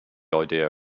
idea